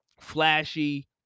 Flashy